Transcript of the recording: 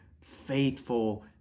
faithful